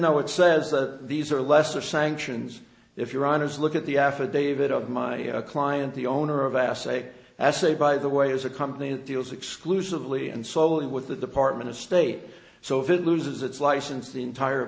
though it says that these are lesser sanctions if you're honest look at the affidavit of my client the owner of assaye essay by the way is a company that deals exclusively and solely with the department of state so if it loses its license the entire